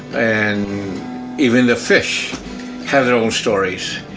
and even the fish have their own stories.